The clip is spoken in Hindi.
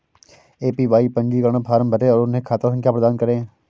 ए.पी.वाई पंजीकरण फॉर्म भरें और उन्हें खाता संख्या प्रदान करें